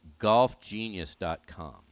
golfgenius.com